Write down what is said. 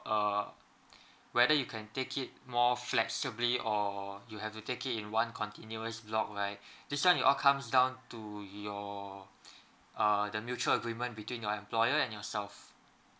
err whether you can take it more flexibly or you have to take in one continuous block right this one it all comes down to your err the mutual agreement between your employer and yourself